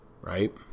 Right